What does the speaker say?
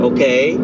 Okay